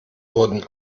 wurden